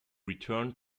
return